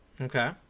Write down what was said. okay